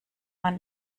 man